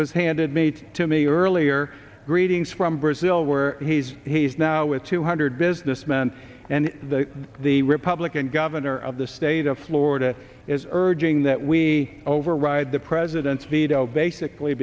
was handed meat to me earlier greetings from brazil where he's he's now with two hundred businessmen and the the republican governor of the state of florida is urging that we override the president's veto basically